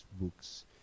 books